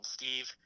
Steve